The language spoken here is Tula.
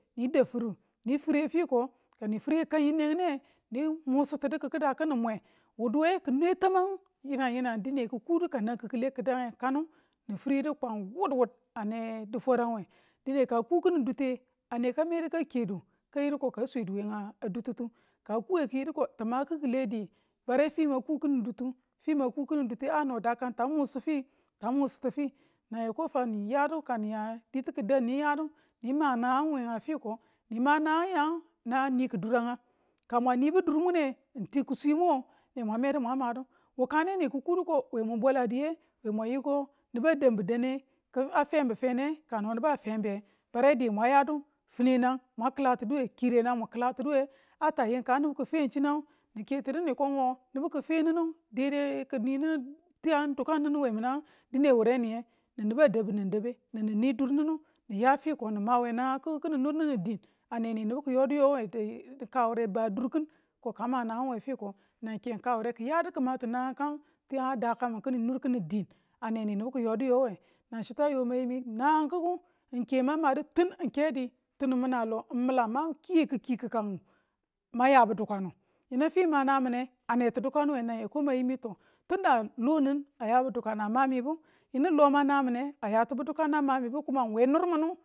ni dau firu ni fire fiko ni fire kan yinenge min musu tinu kikida kini mwe wuduwe ki nwe tamangu yinang yinang dine ki kudu ka nang kikile kidange kanu ni firedu kwang wudwud a ne difwaran we dine ka a ku kini dute ane ka medu ka kedu ka yidu ko kakedu ka sweduwe nga dututu ka a ku nge ki̱ yedu ko ti ma kikile di mare fi man ko kini duru, fi mang ko kini dutu a no dakan ta musu fi ta musu ti fi nan yoko fa ni yadu ka niya nge diti kidang ni yadu ni ma nangang we nga fiko ni ma nangang yan nangang ni ki duran nga ka mwan ni bu dur mune ng ti kuswe mo ne mwan me du mwang madu wu kane nii ki kudu ko, we mun bweladi ye, yo mwan yi ko nibu a danbu dane, ki a finbu fine kano nibu a finbe bere di mwan yadu, fineng mwan kila tiduwe, kirenang mwan kila tinu we, a tayim ka nibu ki̱ fen chinang ni ke tinu ni ko ngo nibu ki fe ninu daidai ki nini̱nu tiyang dukan ni̱nu we minang dine wureniye, nin nibu a dabu nin dabe nin nin ni dur ninu ni ya fiko ng mawe nangang kiki ki̱ ni nur ninu diin, ane nii nibu ki yoduko we, ka wure ba dur kinu ko ka ma nangang we fiko nan ke kawure ki yadu ki ma ti nangang kang tiyan a dakan min kini nur kinu diin, ane nii nibu ki̱ yodu yo we nan chitu a yo mayimi nangang ki̱ki̱ ng ke man ma du tun ng ke di tun min a lo ng milang mang kiye kikiiku kangu mang yabu dukanu, yinu finu mang na mine a neti dukanu we nang yiko manyi mi to tuda lo mi̱n a yabu dukanu a mami bu yinu lo mang nami̱ne a yatibu dukanu a mamitinu kuma ng we nirminu